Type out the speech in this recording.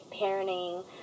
parenting